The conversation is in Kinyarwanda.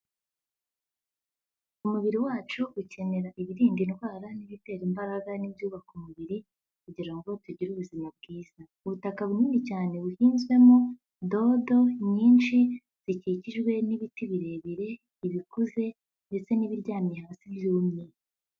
Umubiri wacu ukenera ibirinda indwara n'ibitera imbaraga n'ibyubaka umubiri kugira ngo tugire ubuzima bwiza. Ubutaka bunini cyane buhinzwemo dodo nyinshi zikikijwe n'ibiti birebire, ibikuze ndetse n'ibiryamiye hasi byumye.